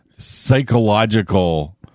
psychological